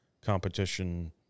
competition